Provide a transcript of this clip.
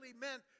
meant